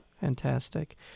fantastic